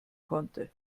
konnte